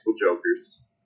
jokers